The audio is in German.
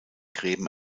gräben